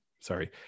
sorry